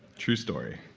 true story.